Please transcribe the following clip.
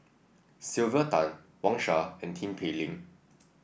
Sylvia Tan Wang Sha and Tin Pei Ling